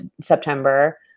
september